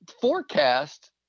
forecast